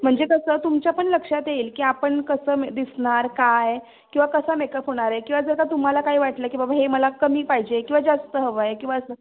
म्हणजे कसं तुमच्या पण लक्षात येईल की आपण कसं दिसणार काय किंवा कसा मेकअप होणार आहे किंवा जर का तुम्हाला काय वाटलं की बाबा हे मला कमी पाहिजे किंवा जास्त हवं आहे किंवा असं